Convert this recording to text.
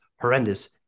horrendous